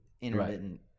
intermittent